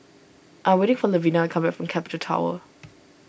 I am waiting for Lavina come back from Capital Tower